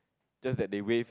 just that they waive